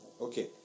Okay